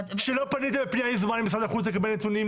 שלא פניתם בפנייה יזומה למשרד החוץ לקבל נתונים,